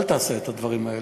אל תעשה את הדברים האלה.